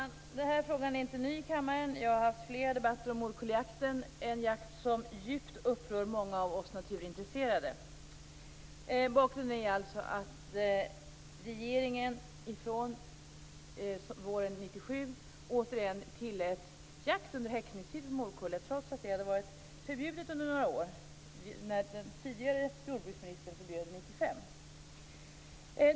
Fru talman! Den här frågan är inte ny. Jag har fört flera debatter om morkulljakten här i kammaren, en jakt som djupt upprör många av oss naturintresserade. Bakgrunden är att regeringen våren 1997 återigen tillät jakt på morkullor under häckningstid trots att det hade varit förbjudet i några år. Den tidigare jordbruksministern förbjöd sådan jakt 1995.